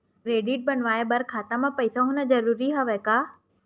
Credit बनवाय बर खाता म पईसा होना जरूरी हवय का?